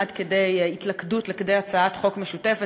עד כדי התלכדות לכדי הצעת חוק משותפת,